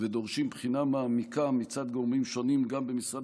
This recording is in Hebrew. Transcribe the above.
ודורשים בחינה מעמיקה מצד גורמים שונים גם במשרד